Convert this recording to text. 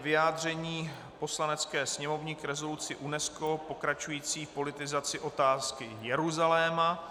Vyjádření Poslanecké sněmovny k rezoluci UNESCO pokračující v politizaci otázky Jeruzaléma